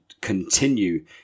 continue